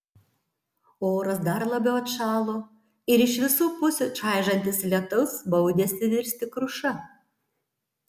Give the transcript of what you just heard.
oras dar labiau atšalo ir iš visų pusių čaižantis lietus baudėsi virsti kruša